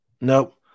Nope